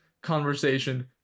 conversation